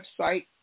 website